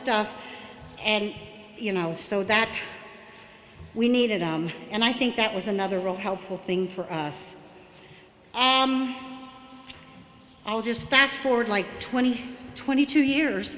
stuff and you know so that we needed and i think that was another really helpful thing for us all just fast forward like twenty twenty two years